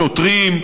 שוטרים,